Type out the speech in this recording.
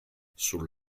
sul